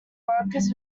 workers